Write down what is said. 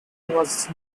was